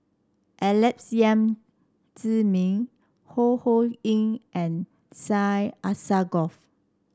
Alex Yam Ziming Ho Ho Ying and Syed Alsagoff